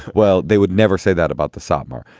well, they would never say that about the satmar.